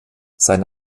sein